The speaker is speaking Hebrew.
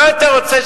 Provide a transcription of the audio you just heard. מה אתה רוצה,